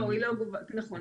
לא, נכון.